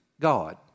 God